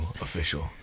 official